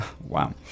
Wow